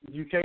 UK